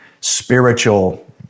spiritual